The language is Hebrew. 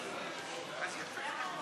יוסי יונה, איל בן ראובן,